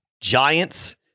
Giants